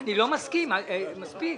אני לא מסכים, מספיק.